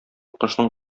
кошның